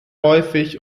häufig